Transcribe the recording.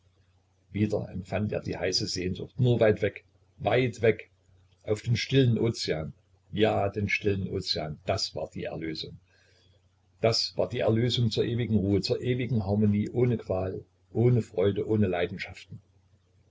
wieder empfand er die heiße sehnsucht nur weit weit weg auf den stillen ozean ja den stillen ozean das war die erlösung das war die erlösung zur ewigen ruhe zur ewigen harmonie ohne qual ohne freude ohne leidenschaften